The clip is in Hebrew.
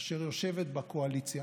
אשר יושבת בקואליציה